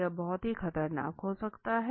यह बहुत ही खतरनाक हो सकता है